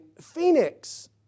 Phoenix